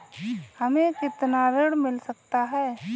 हमें कितना ऋण मिल सकता है?